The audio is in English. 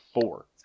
four